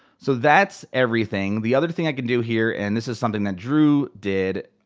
so that's everything. the other thing i can do here, and this is something that drew did,